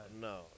no